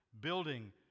building